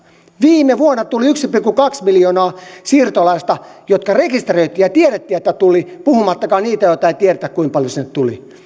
viime vuonna tuli yksi pilkku kaksi miljoonaa siirtolaista jotka rekisteröitiin ja tiedettiin että tuli puhumattakaan niistä joista ei tiedetä kuinka paljon sinne tuli